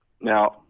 now